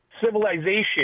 civilization